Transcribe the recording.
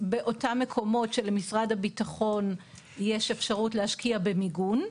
באותם מקומות שלמשרד הביטחון יש אפשרות להשקיע במיגון.